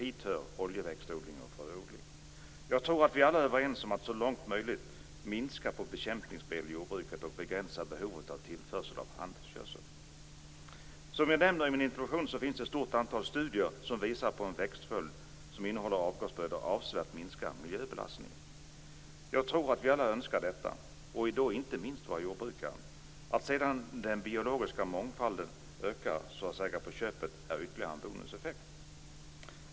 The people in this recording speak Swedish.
Hit hör oljeväxtodling och fröodling. Jag tror att vi alla är överens om att så långt det är möjligt minska bekämpningsmedel i jordbruket och begränsa behovet av tillförsel av handelsgödsel. Som jag nämner i min interpellation finns det ett stort antal studier som visar på att en växtföljd som innehåller avbrottsgrödor avsevärt minskar miljöbelastningen. Jag tror att vi alla önskar detta, i dag inte minst våra jordbrukare. Att sedan den biologiska mångfalden ökar så att säga på köpet är ytterligare en bonuseffekt.